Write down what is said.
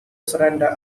surrender